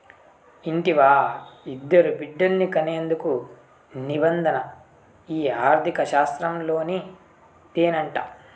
ఇంటివా, ఇద్దరు బిడ్డల్ని కనేందుకు నిబంధన ఈ ఆర్థిక శాస్త్రంలోనిదేనంట